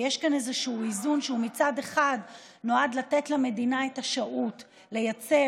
ויש כאן איזשהו איזון שמצד אחד נועד לתת למדינה את השהות לייצר